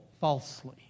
falsely